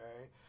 okay